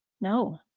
No